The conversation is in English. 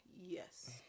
Yes